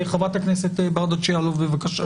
חברת הכנסת ברדץ' יאלוב, בבקשה.